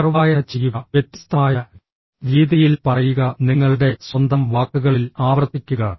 പുനർവായന ചെയ്യുക വ്യത്യസ്തമായ രീതിയിൽ പറയുക നിങ്ങളുടെ സ്വന്തം വാക്കുകളിൽ ആവർത്തിക്കുക